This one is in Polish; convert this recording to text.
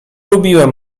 lubiłem